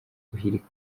guhirika